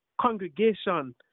congregation